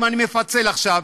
אם אני מפצל עכשיו,